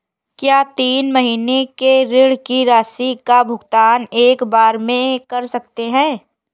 क्या तीन महीने के ऋण की राशि का भुगतान एक बार में कर सकते हैं?